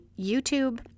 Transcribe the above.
YouTube